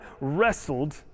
wrestled